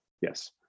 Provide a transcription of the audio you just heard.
Yes